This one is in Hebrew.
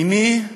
אמי,